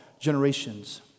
generations